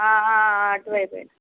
అటు వైపు